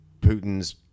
Putin's